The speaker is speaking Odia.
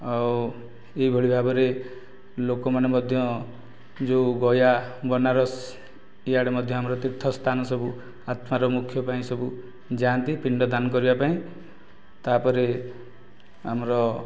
ଆଉ ଏହି ଭଳି ଭାବରେ ଲୋକମାନେ ମଧ୍ୟ ଯେଉଁ ଗୟା ବନାରସ ଏଇ ଆଡ଼େ ମଧ୍ୟ ତୀର୍ଥସ୍ଥାନ ସବୁ ଆତ୍ମାର ମୋକ୍ଷ ପାଇଁ ସବୁ ଯାଆନ୍ତି ପିଣ୍ଡ ଦାନ କରିବା ପାଇଁ ତା' ପରେ ଆମର